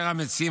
והמציעים,